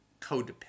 codependent